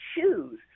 choose